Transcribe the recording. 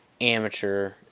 amateur